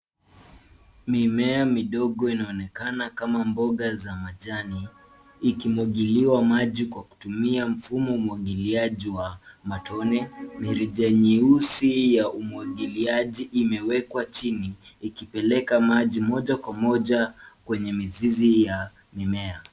Mimea midogo inaonekana kama mboga za majani ikimwagiliwa maji kwa kutumia mfumo wa umwagiliaji wa matone. Mirija nyeusi ya umwagiliaji imewekwa chini ikipeleka maji moja kwa moja kwenye mizizi ya mimea.